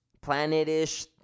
Planet-ish